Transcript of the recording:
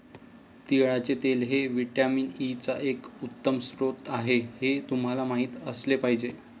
तिळाचे तेल हे व्हिटॅमिन ई चा एक उत्तम स्रोत आहे हे तुम्हाला माहित असले पाहिजे